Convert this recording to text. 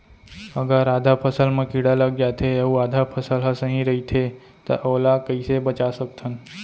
अगर आधा फसल म कीड़ा लग जाथे अऊ आधा फसल ह सही रइथे त ओला कइसे बचा सकथन?